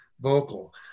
vocal